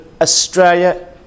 Australia